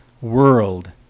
world